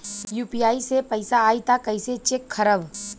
UPI से पैसा आई त कइसे चेक खरब?